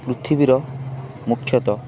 ପୃଥିବୀର ମୁଖ୍ୟତଃ